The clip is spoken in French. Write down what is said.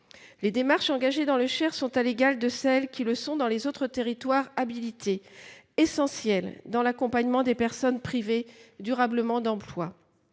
Les démarches engagées dans le Cher, comme celles qui le sont dans les autres territoires habilités, sont essentielles pour l’accompagnement des personnes privées durablement d’emploi.